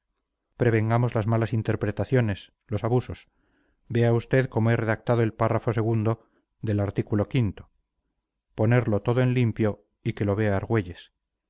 prevengamos las malas interpretaciones los abusos vea usted cómo he redactado el párrafo segundo del artículo o ponerlo todo en limpio y que lo vea argüelles